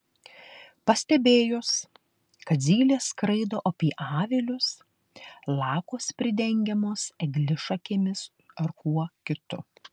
pastebėjus kad zylės skraido apie avilius lakos pridengiamos eglišakėmis ar kuo kitu